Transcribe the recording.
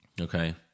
Okay